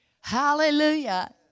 Hallelujah